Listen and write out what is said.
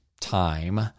time